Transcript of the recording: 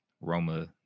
Roma